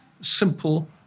simple